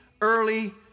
early